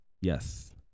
yes